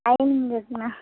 iron கேட்டுண்ணா